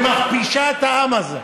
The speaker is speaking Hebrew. ומכפישה את העם הזה.